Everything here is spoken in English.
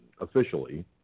officially